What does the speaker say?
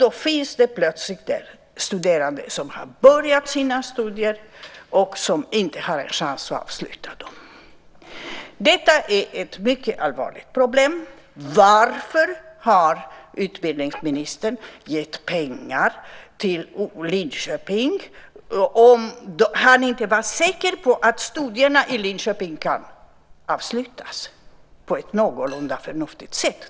Då finns det studerande som har börjat sina studier och som plötsligt inte har en chans att avsluta dem. Detta är ett mycket allvarligt problem. Varför har utbildningsministern gett pengar till Linköping om han inte varit säker på att studierna i Linköping kan avslutas på ett någorlunda förnuftigt sätt?